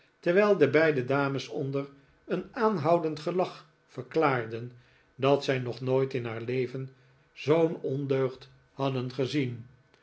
terwijl de beide dames onder een aanhoudend gelach verklaarden dat zij nog nooit in haar leven zoo'n ondeugd hadden gezien